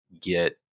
get